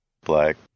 Black